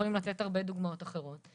יכולים לתת הרבה דוגמאות אחרות.